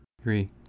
Agree